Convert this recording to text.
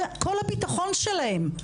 כל הביטחון שלהם,